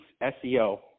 SEO